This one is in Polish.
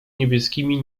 niebieskimi